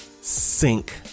Sink